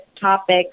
topic